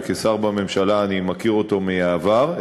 וכשר בממשלה אני מכיר אותו מהעבר,